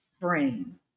frame